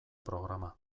programa